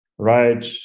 Right